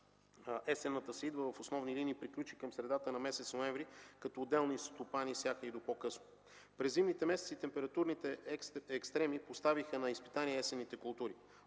есенната сеитба в основни линии приключи към средата месец ноември, като отделни стопани сяха и до по-късно. През зимните месеци температурните екстремни поставиха на изпитание самите култури.